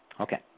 Okay